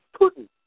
Putin